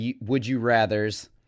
would-you-rathers